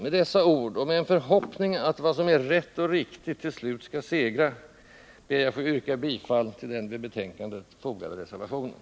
Med dessa ord och i förhoppning om att vad som är rätt och riktigt till slut skall segra yrkar jag bifall till den vid betänkandet fogade reservationen.